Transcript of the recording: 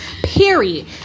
Period